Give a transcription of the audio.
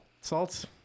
salt's